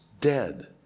dead